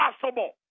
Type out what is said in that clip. possible